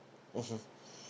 mmhmm